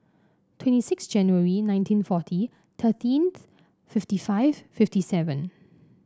twenty six January nineteen forty thirteen's fifty five fifty seven